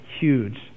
huge